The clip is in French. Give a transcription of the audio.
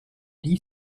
dit